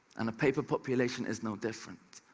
and a paper population is no different.